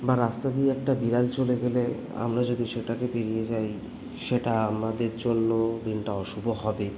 বা রাস্তা দিয়ে একটা বিড়াল চলে গেলে আমরা যদি সেটাকে পেরিয়ে যাই সেটা আমাদের জন্য দিনটা অশুভ হবে